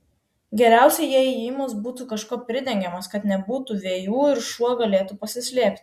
geriausia jei įėjimas būtų kažkuo pridengiamas kad nebūtų vėjų ir šuo galėtų pasislėpti